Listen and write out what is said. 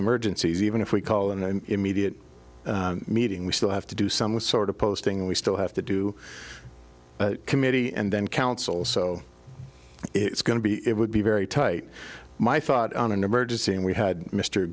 emergencies even if we call in an immediate meeting we still have to do some with sort of posting we still have to do committee and then council so it's going to be it would be very tight my thought on an emergency and we had mr